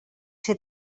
ser